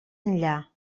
enllà